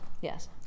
yes